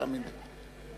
תאמין לי.